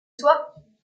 soit